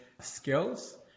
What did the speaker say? skills